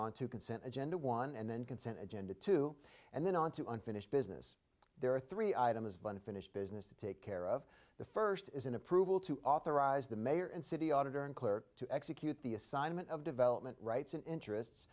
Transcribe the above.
on to consent agenda one and then consent agenda two and then on to unfinished business there are three items of unfinished business to take care of the first is an approval to authorize the mayor and city auditor and clerk to execute the assignment of development rights and interests